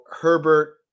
Herbert